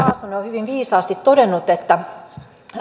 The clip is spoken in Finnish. hyvin viisaasti todennut että